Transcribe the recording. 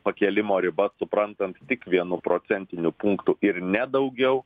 pakėlimo riba suprantant tik vienu procentiniu punktu ir ne daugiau